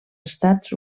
estats